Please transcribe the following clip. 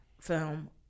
film